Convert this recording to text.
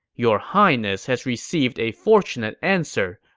your highness has received a fortunate answer.